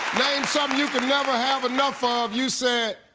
name something you can never have enough ah of. you said